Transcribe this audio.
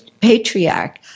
patriarch